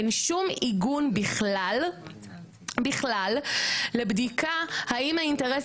אין שום עיגון בכלל לבדיקה האם האינטרס